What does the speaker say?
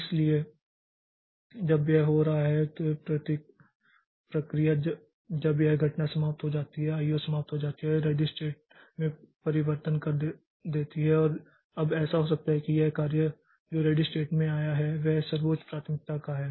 इसलिए जब यह हो रहा है तो यह प्रक्रिया जब यह घटना समाप्त हो जाती है या आईओ समाप्त हो जाती है तो यह रेडी़ स्टेट में परिवर्तन कर देती है और अब ऐसा हो सकता है कि यह कार्य जो रेडी़ स्टेट में आया है वह सर्वोच्च प्राथमिकता है